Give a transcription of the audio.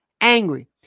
angry